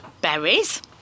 berries